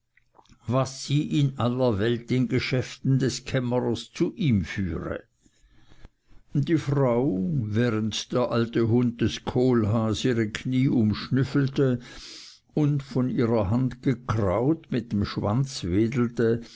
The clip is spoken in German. was sie in aller welt in geschäften des kämmerers zu ihm führe die frau während der alte hund des kohlhaas ihre knie umschnüffelte und von ihrer hand gekraut mit dem schwanz wedelte